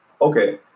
okay